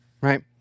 right